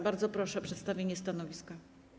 Bardzo proszę o przedstawienie stanowiska.